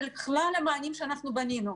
של כלל המענים שבנינו.